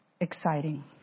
exciting